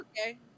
Okay